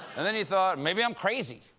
and then you thought maybe i'm crazy.